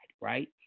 right